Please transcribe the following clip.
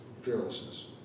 Fearlessness